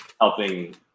helping